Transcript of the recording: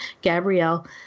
Gabrielle